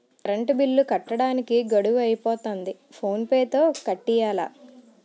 current bill కట్టడానికి గడువు అయిపోతంది ఫోన్ పే తో కట్టియ్యాల